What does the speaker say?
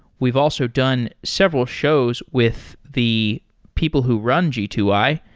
we've also done several shows with the people who run g two i,